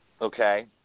okay